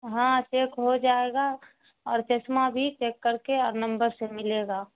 ہاں چیک ہو جائے گا اور چشمہ بھی چیک کرکے اور نمبر سے ملے گا